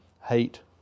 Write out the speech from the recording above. Hate